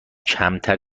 کمتر